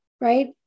right